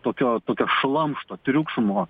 tokio tokio šlamšto triukšmo